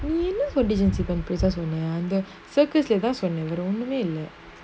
நீஎன்னசொன்னவேறஒண்ணுமேஇல்ல:nee enna sonna vera onnume illa